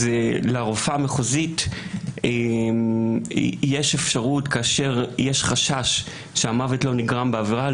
אז לרופאה המחוזית יש אפשרות כאשר יש חשש שהמוות לא נגרם בעבירה,